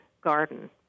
garden